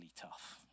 tough